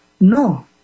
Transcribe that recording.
No